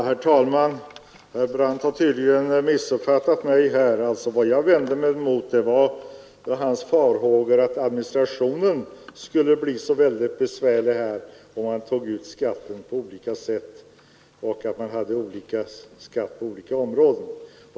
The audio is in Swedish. Herr talman! Herr Brandt har missuppfattat mig. Vad jag vände mig emot var herr Brandts farhågor att administrationen skulle bli så besvärlig, om man tog ut skatten på så sätt att man hade olika skatt inom skilda områden.